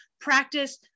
practice